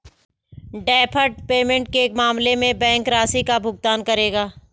deferred payment के मामले में बैंक राशि का भुगतान करेगा